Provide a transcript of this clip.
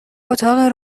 اتاق